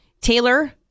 Taylor